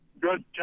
Good